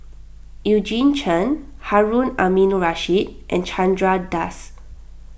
Eugene Chen Harun Aminurrashid and Chandra Das